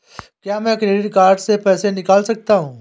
क्या मैं credit card से पैसे निकाल सकता हूँ?